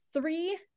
three